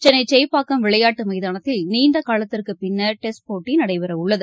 சென்னைசேப்பாக்கம் விளையாட்டுமைதானத்தில் நீண்டகாலத்திற்குபின்னர் டெஸ்ட் போட்டிநடைபெறடள்ளது